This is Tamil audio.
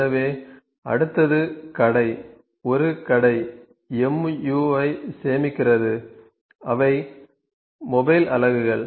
எனவே அடுத்தது கடை ஒரு கடை MU ஐ சேமிக்கிறது அவை மொபைல் அலகுகள்